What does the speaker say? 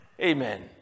Amen